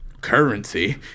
currency